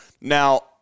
Now